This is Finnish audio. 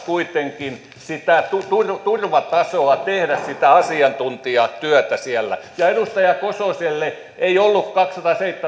kuitenkin turvatasoa sitä asiantuntijatyötä siellä tekeville ja edustaja kososelle ei ollut kaksisataaseitsemänkymmentä